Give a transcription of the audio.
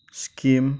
Sikkim